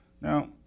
Now